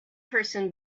person